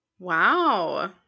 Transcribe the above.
wow